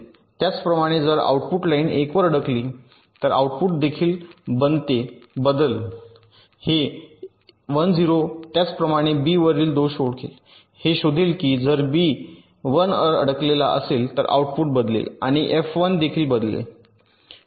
त्याचप्रमाणे जर output line 1 वर अडकली तर आउटपुट देखील बनते बदल हे 1 0 त्याच प्रमाणे बी वरील दोष ओळखेल हे शोधेल की जर बी 1 वर अडकलेला असेल तर आउटपुट बदलेल आणि एफ 1 देखील बदलेल